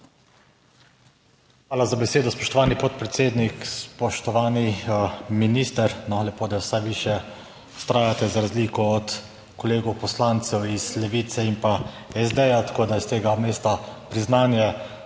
Hvala za besedo spoštovani podpredsednik, spoštovani minister, no lepo, da vsaj vi še vztrajate za razliko od kolegov poslancev iz Levice in pa SD, tako da s tega mesta priznanje,